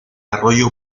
arroyo